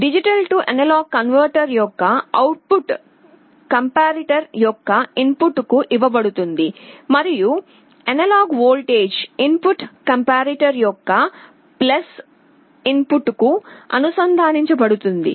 D A converter output comparator యొక్క input కు ఇవ్వబడుతుంది మరియు analogue voltage input comparator యొక్క ఇన్ ఫుట్ కు అనుసంధానించబడుతుంది